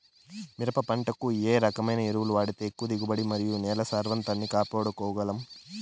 మిరప పంట కు ఏ రకమైన ఎరువులు వాడితే ఎక్కువగా దిగుబడి మరియు నేల సారవంతాన్ని కాపాడుకోవాల్ల గలం?